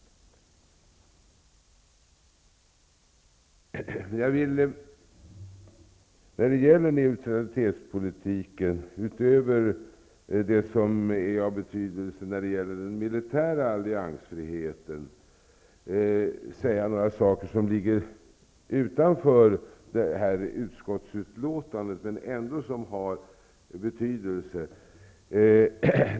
När det gäller neutralitetspolitiken, utöver det som är av betydelse för den militära alliansfriheten, vill jag nämna några saker som ligger utanför det här utskottsutlåtandet, men som ändå har betydelse.